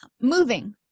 Moving